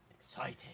Exciting